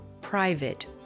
private